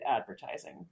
advertising